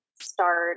start